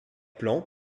plan